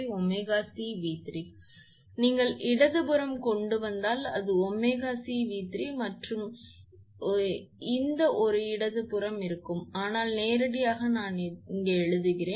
05𝜔𝐶𝑉3 நீங்கள் இடது புறம் கொண்டு வந்தால் அது 𝜔𝐶𝑉3 மற்றும் இந்த ஒரு இடது புறம் இருக்கும் ஆனால் நேரடியாக நான் இங்கே எழுதுகிறேன்